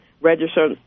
register